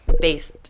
based